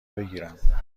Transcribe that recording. بگیرم